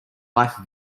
life